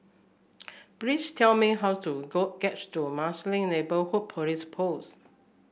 please tell me how to go gets to Marsiling Neighbourhood Police Post